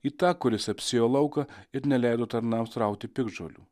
į tą kuris apsėjo lauką ir neleido tarnams rauti piktžolių